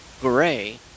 gray